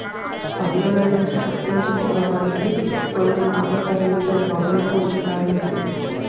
పన్నుల నుంచి తప్పించుకోవడానికి కొన్ని కాలపరిమిత బాండ్లు ఉంటాయి